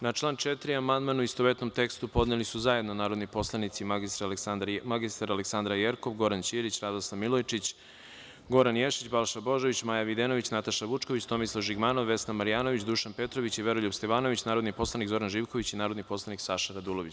Na član 4. amandman u istovetnom tekstu podneli su zajedno narodni poslanici mr Aleksandra Jerkov, Goran Ćirić, Radoslav Milojičić, Goran Ješić, Balša Božović, Maja Videnović, Nataša Vučković, Tomislav Žigmanov, Vesna Marjanović, Dušan Petrović i Veroljub Stevanović, narodni poslanik Zoran Živković i narodi poslanik Saša Radulović.